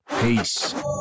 Peace